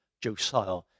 Josiah